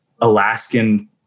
Alaskan